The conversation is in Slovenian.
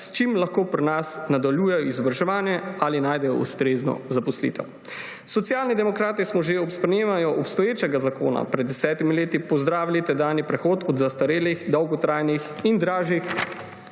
s čimer lahko pri nas nadaljujejo izobraževanje ali najdejo ustrezno zaposlitev. Socialni demokrati smo že ob sprejemanju obstoječega zakona pred 10 leti pozdravili tedanji prehod od zastarelih dolgotrajnih in dražjih